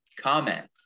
comment